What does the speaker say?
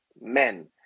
men